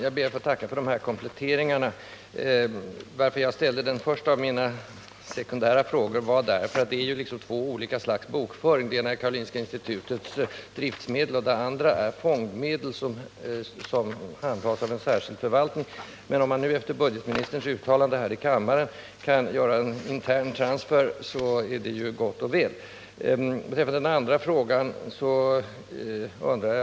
Att forskare vid våra universitet med ökande otålighet frågar sig vad regeringen avser att göra åt frågan om kompensation för sjuklön från forskningsanslag har nu åter tagit sig uttryck i pressen. Kan budgetministern redovisa vilka åtgärder regeringen vidtagit sedan utbildningsutskottet för mer än tre år sedan begärde att regeringen skulle pröva frågan och återkomma till riksdagen med förslag?